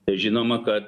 tai žinoma kad